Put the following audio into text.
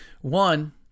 One